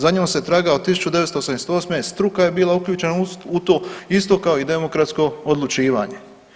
Za njom se traga od 1988., struka je bila uključena u to, isto kao i demokratsko odlučivanje.